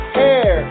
hair